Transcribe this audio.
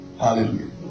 Hallelujah